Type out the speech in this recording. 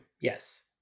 yes